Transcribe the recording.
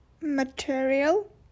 material